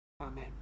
Amen